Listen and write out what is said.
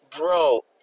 bro